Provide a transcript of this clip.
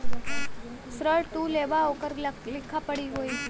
ऋण तू लेबा ओकर लिखा पढ़ी होई